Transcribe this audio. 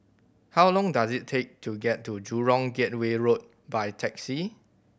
how long does it take to get to Jurong Gateway Road by taxi